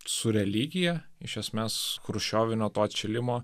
su religija iš esmės chruščiovinio to atšilimo